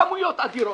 כמויות אדירות.